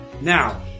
Now